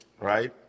right